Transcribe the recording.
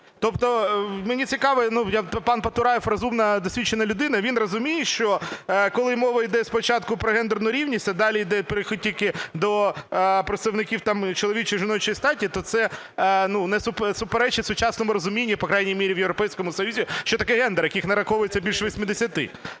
Тобто мені цікаво, пан Потураєв розумна, досвідчена людина, він розуміє, що коли мова йде спочатку про гендерну рівність, а далі йде перехід тільки до представників там чоловічої і жіночої статі, то це суперечить сучасному розумінню, по крайній мірі, в Європейському Союзі, що таке гендер, яких нараховується більше 80?